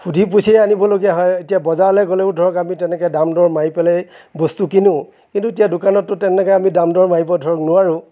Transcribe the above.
সুধি পুচিয়ে আনিবলগীয়া হয় এতিয়া বজাৰলৈ গ'লেও ধৰক আমি তেনেকৈ দাম দৰ মাৰি পেলাই বস্তু কিনো কিন্তু এতিয়া দোকানতটো তেনেকৈ আমি দাম দৰ মাৰিব ধৰক নোৱাৰোঁ